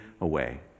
away